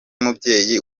mubyeyi